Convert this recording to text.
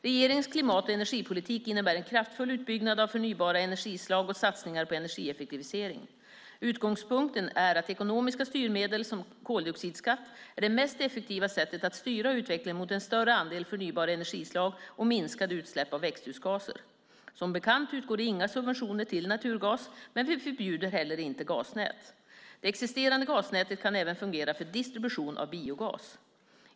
Regeringens klimat och energipolitik innebär en kraftfull utbyggnad av förnybara energislag och satsningar på energieffektivisering. Utgångspunkten är att ekonomiska styrmedel, som koldioxidskatt, är det mest effektiva sättet att styra utvecklingen mot en större andel förnybara energislag och minskade utsläpp av växthusgaser. Som bekant utgår inga subventioner till naturgas, men vi förbjuder heller inte gasnät. Det existerande gasnätet kan även fungera för distribution av biogas.